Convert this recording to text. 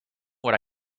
what